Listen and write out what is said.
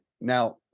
Now